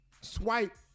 swipe